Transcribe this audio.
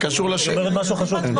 היא אומרת משהו חשוב.